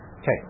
Okay